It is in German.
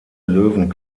löwen